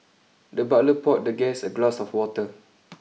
the butler poured the guest a glass of water